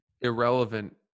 irrelevant